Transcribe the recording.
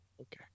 Okay